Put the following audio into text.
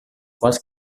quals